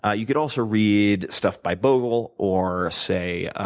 ah you could also read stuff by bogle or, say,